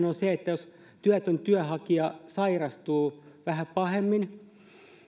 on se että jos työtön työnhakija sairastuu vähän pahemmin